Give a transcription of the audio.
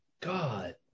God